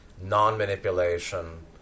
non-manipulation